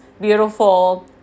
beautiful